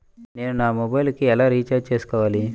నేను నా మొబైల్కు ఎలా రీఛార్జ్ చేసుకోవాలి?